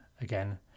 again